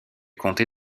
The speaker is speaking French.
comté